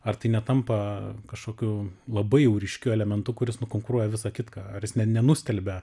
ar tai netampa kažkokiu labai jau ryškiu elementu kuris nukonkuruoja visą kitką ar jis ne nenustelbia